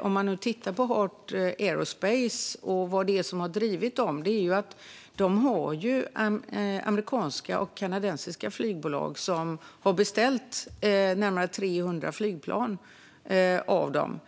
Om man tittar på Heart Aerospace och vad som har drivit det har amerikanska och kanadensiska flygbolag beställt närmare 300 flygplan av det.